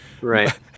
Right